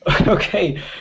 Okay